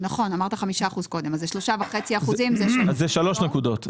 זה שלוש נקודות.